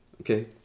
Okay